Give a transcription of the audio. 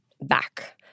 back